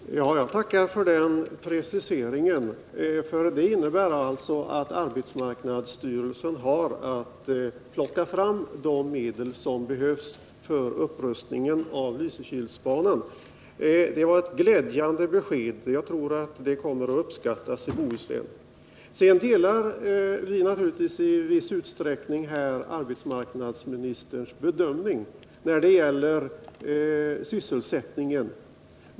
Herr talman! Jag tackar för den preciseringen. Det innebär alltså att arbetsmarknadsstyrelsen har att plocka fram de medel som behövs för upprustning av Lysekilsbanan. Det var ett glädjande besked, och jag tror att det kommer att uppskattas i Bohuslän. Sedan delar vi naturligtvis i viss utsträckning arbetsmarknadsministerns bedömning när det gäller sysselsättningen.